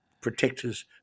protectors